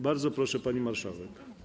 Bardzo proszę, pani marszałek.